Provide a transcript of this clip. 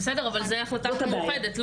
--- אבל זו החלטת המאוחדת.